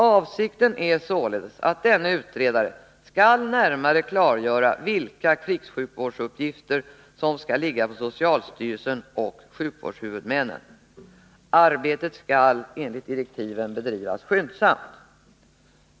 Avsikten är således att denna utredare skall närmare klargöra vilka krigssjukvårdsuppgifter som skall ligga på socialstyrelsen och sjukvårdshuvudmännen. Arbetet skall enligt direktiven bedrivas skyndsamt.